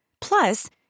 Plus